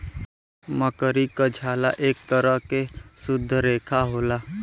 मकड़ी क झाला एक तरह के शुद्ध रेसा होला